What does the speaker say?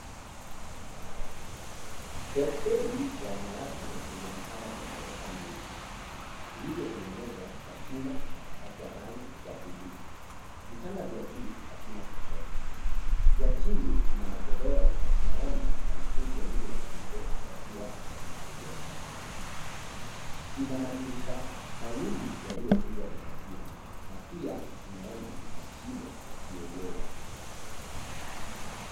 Hosteli ya wanawake yenye vitanda vya gorofa mbili vilivyotengenezwa kwa chuma na kupakwa rangi ya buluu. Vitanda vya juu havina chochote. Vya chini vina magodoro na tunaona wanafunzi wawili wa kike wakiwa wamevilalia hivi vitanda. ina madirisha mawili yaliyofungwa mapazia na pia tunaona mashine ya kiyoyozi.